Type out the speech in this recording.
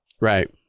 Right